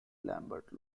lambert